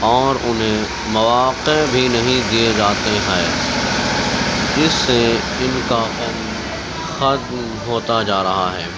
اور انہیں مواقع بھی نہیں دیے جاتے ہیں اس سے ان کا ختم ہوتا جا رہا ہے